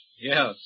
Yes